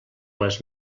les